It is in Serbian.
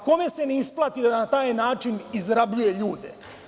Kome se ne isplati da na takav način izrabljuje ljude?